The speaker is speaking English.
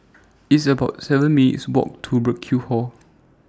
It's about seven minutes' Walk to Burkill Hall